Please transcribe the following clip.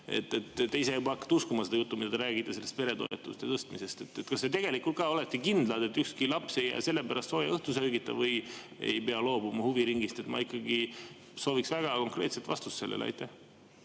Te ise juba hakkate uskuma seda juttu, mida te räägite sellest peretoetuste tõstmisest. Kas te tegelikult ka olete kindel, et ükski laps ei jää selle pärast sooja õhtusöögita või ei pea loobuma huviringist? Ma ikkagi sooviksin väga konkreetset vastust. Aitäh!